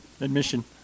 admission